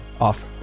off